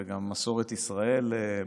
וגם מסורת ישראל באמת,